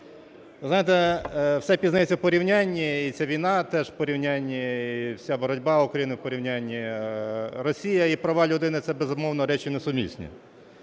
Ви знаєте, все пізнається в порівнянні: і ця війна теж в порівнянні, і вся боротьба України в порівнянні. Росія і права людини – це, безумовно, речі несумісні.